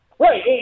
Right